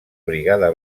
brigada